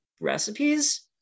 recipes